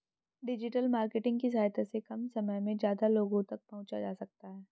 digital marketing की सहायता से कम समय में ज्यादा लोगो तक पंहुचा जा सकता है